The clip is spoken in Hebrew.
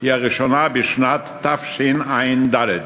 היא הראשונה בשנת תשע"ד.